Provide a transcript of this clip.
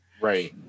Right